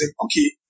Okay